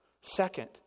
Second